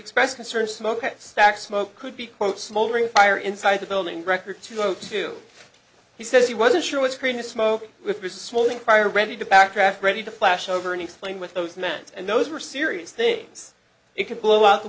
express concern smoke stack smoke could be quote smoldering fire inside the building record two o two he says he wasn't sure what scream to smoke with the swelling fire ready to backtrack ready to flash over and explain with those men and those were serious things it could blow out the